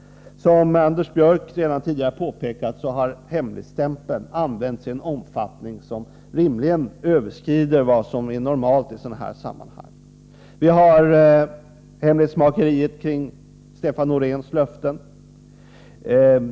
Såsom Anders Björck redan tidigare påpekat har hemligstämpeln använts i en omfattning som rimligen överskrider vad som är normalt i sådana här sammanhang. Vi har hemlighetsmakeriet kring Stefan Noreéns löften.